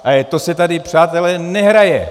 Ale to se tady, přátelé, nehraje!